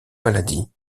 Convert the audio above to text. maladie